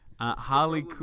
Harley